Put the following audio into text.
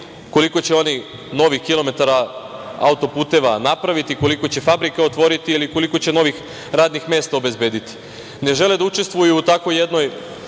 koliko će oni novih kilometara autoputeva napraviti, koliko će fabrika otvoriti ili koliko će novih radnih mesta obezbediti. Ne žele da učestvuju u takvoj jednoj